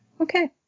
Okay